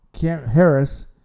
Harris